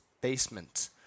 basement